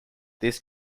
this